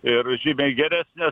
ir žymiai geresnės